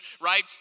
right